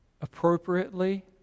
Appropriately